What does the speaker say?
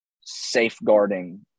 safeguarding